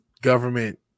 Government